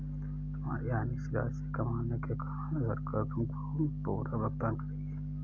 तुम्हारी आय निश्चित आय से कम होने के कारण सरकार तुमको पूरक भुगतान करेगी